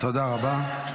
תודה רבה.